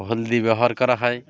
হলদি ব্যবহার করা হয়